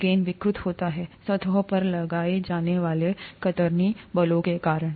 गेंद विकृत होती है सतह पर लगाए जाने वाले कतरनी बलों के कारण